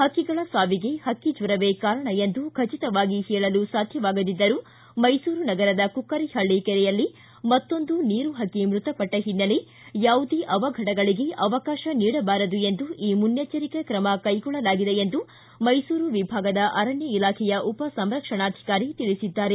ಪಕ್ಕಿಗಳ ಸಾವಿಗೆ ಹಕ್ಕಿ ಜ್ವರವೇ ಕಾರಣ ಎಂದು ಖಜಿತವಾಗಿ ಹೇಳಲು ಸಾಧ್ಯವಾಗದಿದ್ದರೂ ಮೈಸೂರು ನಗರದ ಕುಕ್ಕರಪಳ್ಳಿ ಕೆರೆಯಲ್ಲಿ ಮತ್ತೊಂದು ನೀರು ಪಕ್ಕಿ ಮೃತಪಟ್ಟ ಹಿನ್ನೆಲೆ ಯಾವುದೇ ಅವಘಡಗಳಿಗೆ ಅವಕಾಶ ನೀಡಬಾರದು ಎಂದು ಈ ಮುನ್ನೆಜ್ಜರಿಕಾ ಕ್ರಮ ಕೈಗೊಳ್ಳಲಾಗಿದೆ ಎಂದು ಮೈಸೂರು ವಿಭಾಗದ ಅರಣ್ಯ ಇಲಾಖೆಯ ಉಪ ಸಂರಕ್ಷಣಾಧಿಕಾರಿ ತಿಳಿಸಿದ್ದಾರೆ